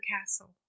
castle